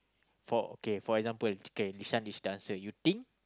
for okay for example kay this one is the answer you think